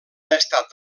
estat